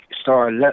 start